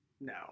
No